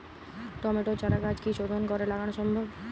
টমেটোর চারাগাছ কি শোধন করে লাগানো সম্ভব?